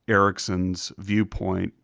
ericsson's viewpoint.